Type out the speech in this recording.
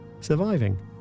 surviving